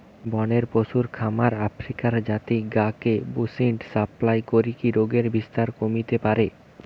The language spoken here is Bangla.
বনের পশুর খামার আফ্রিকার জাতি গা কে বুশ্মিট সাপ্লাই করিকি রোগের বিস্তার কমিতে পারে